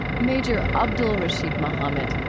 major abdul-rasheed muhammad.